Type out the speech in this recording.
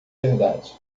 verdade